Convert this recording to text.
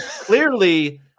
Clearly